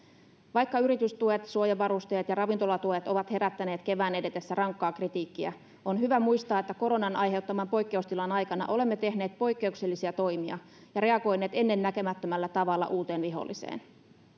vaikka yritystuet suojavarusteet ja ravintolatuet ovat herättäneet kevään edetessä rankkaa kritiikkiä on hyvä muistaa että koronan aiheuttaman poikkeustilan aikana olemme tehneet poikkeuksellisia toimia ja reagoineet ennennäkemättömällä tavalla uuteen viholliseen